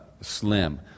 slim